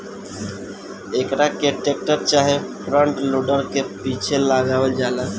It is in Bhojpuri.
एकरा के टेक्टर चाहे फ्रंट लोडर के पीछे लगावल जाला